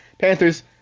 Panthers